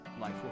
life